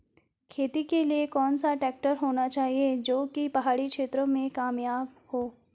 खेती के लिए कौन सा ट्रैक्टर होना चाहिए जो की पहाड़ी क्षेत्रों में कामयाब हो?